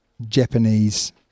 Japanese